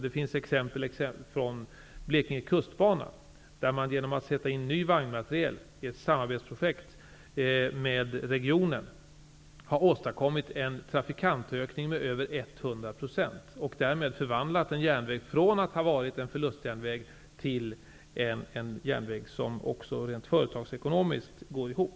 Det finns exempel från 100 %. Därmed har man förvandlat en järnväg från en förlustjärnväg till en järnväg som också företagsekonomiskt går ihop.